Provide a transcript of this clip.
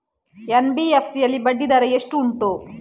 NBFC ಯಲ್ಲಿ ಬಡ್ಡಿ ದರ ಎಷ್ಟು ಉಂಟು?